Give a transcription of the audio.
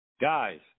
guys